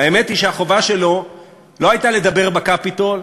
האמת היא שהחובה שלו לא הייתה לדבר בקפיטול,